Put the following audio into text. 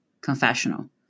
confessional